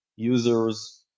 users